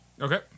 Okay